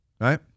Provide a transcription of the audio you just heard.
right